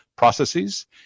processes